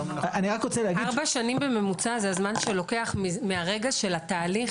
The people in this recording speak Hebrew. ארבע שנים בממוצע זה הזמן שלוקח מהרגע של התהליך